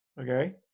okay